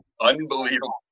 unbelievable